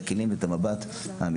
את הכלים ואת המבט האמתי,